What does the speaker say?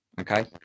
Okay